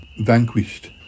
vanquished